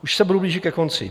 Už se budu blížit ke konci.